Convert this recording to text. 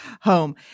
home